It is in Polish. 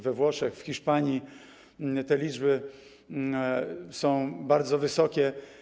We Włoszech, w Hiszpanii te liczby są bardzo wysokie.